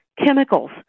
chemicals